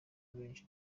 benshi